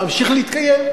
אמשיך להתקיים.